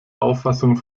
auffassung